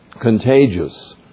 contagious